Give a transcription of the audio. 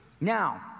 Now